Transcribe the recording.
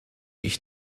ich